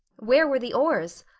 where were the oars?